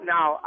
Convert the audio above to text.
Now